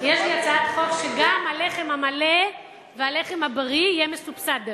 יש לי הצעת חוק שגם הלחם המלא והלחם הבריא יהיה מסובסד,